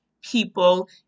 people